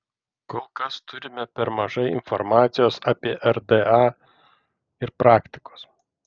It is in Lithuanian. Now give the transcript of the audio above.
kol kas turime per mažai informacijos apie rda ir praktikos